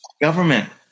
government